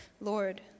Lord